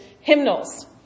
hymnals